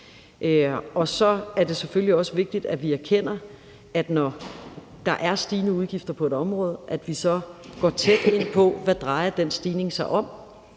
Så er det selvfølgelig også vigtigt, at vi erkender, at når der er stigende udgifter på et område, går vi tæt på og ser på, hvad den stigning drejer